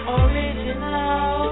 original